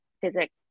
physics